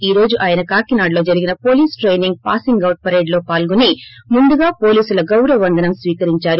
ఈ రోజు ఆయన కాకినాడలో జరిగినే police training passing out parade లో పాల్గొని ముందుగా పోలీసులు గౌరవ వందనం స్కీకరించారు